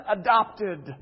adopted